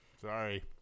Sorry